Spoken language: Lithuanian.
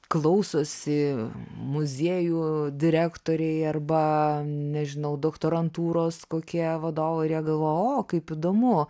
klausosi muziejų direktoriai arba nežinau doktorantūros kokie vadovai ir jie galvoja o kaip įdomu